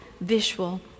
visual